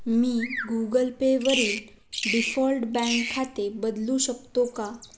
मी Google पेवरील default bank खाते बदलू शकतो का